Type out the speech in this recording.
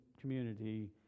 community